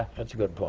that's a good point.